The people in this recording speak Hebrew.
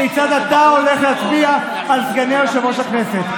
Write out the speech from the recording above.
כיצד אתה הולך להצביע על סגני יושב-ראש הכנסת.